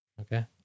Okay